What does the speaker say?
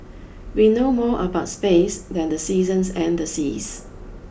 we know more about space than the seasons and the seas